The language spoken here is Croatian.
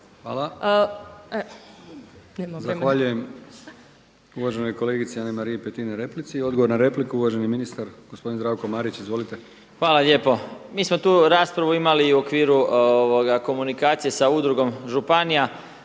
(HDZ)** Zahvaljujem uvaženoj kolegici Ana-Mariji Petin na replici. I odgovor na repliku uvaženi ministar gospodin Zdravko Marić. Izvolite. **Marić, Zdravko** Hvala lijepo. Mi smo tu raspravu imali i u okviru komunikacije sa Udrugom županija.